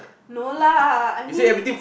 no lah I mean